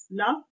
love